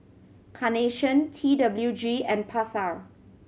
Carnation T W G and Pasar